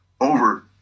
over